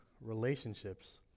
relationships